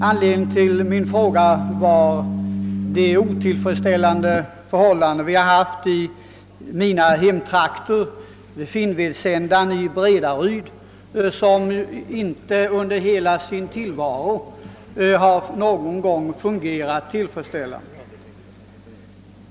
Anledningen till min fråga är de otillfredsställande förhållanden vi har haft i min hemtrakt vid Finnvedssändaren i Bredaryd, som inte någon gång under hela sin tillvaro fungerat ordentligt.